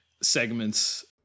segments